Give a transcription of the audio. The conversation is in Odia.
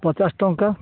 ପଚାଶ ଟଙ୍କା